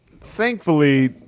thankfully